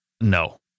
No